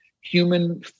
Human